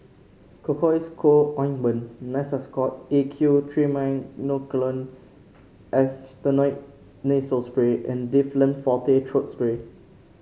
Cocois Co Ointment Nasacort A Q Triamcinolone Acetonide Nasal Spray and Difflam Forte Throat Spray